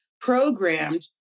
programmed